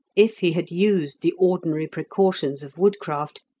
if he had used the ordinary precautions of woodcraft,